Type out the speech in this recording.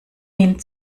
ihn